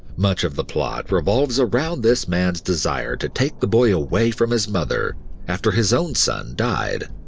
much of the plot revolves around this man's desire to take the boy away from his mother after his own son died.